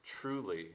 truly